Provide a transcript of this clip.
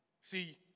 See